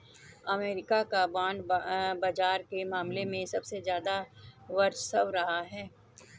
अमरीका का बांड बाजार के मामले में सबसे ज्यादा वर्चस्व रहा है